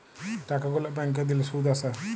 টাকা গুলা ব্যাংকে দিলে শুধ আসে